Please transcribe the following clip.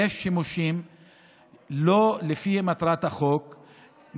לא לפי מטרת החוק,